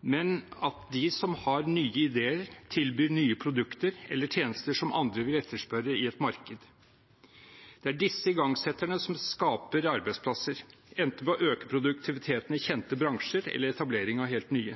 men at de som har nye ideer, tilbyr nye produkter eller tjenester som andre vil etterspørre i et marked. Det er disse igangsetterne som skaper arbeidsplasser – enten ved å øke produktiviteten i kjente bransjer eller ved å etablere helt nye.